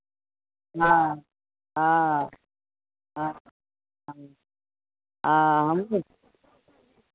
हँ हँ हँ हँ हँ हमहूँ